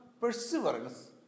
perseverance